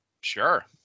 Sure